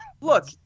Look